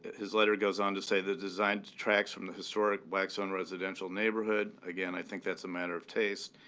his letter goes on to say, the design tracks from the historic blackstone residential neighborhood again, i think that's a matter of taste.